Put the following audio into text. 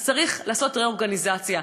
אז צריך לעשות רה-אורגניזציה,